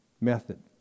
Method